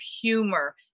humor